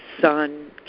son